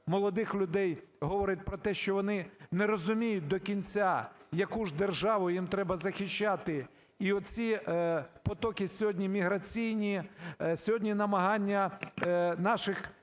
молодих людей говорить про те, що вони не розуміють до кінця яку ж державу їм треба захищати і оці потоки сьогодні міграційні, сьогодні намагання наших